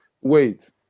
wait